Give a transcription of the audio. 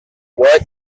what